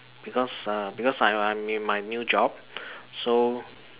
because uh because I I'm in my new job so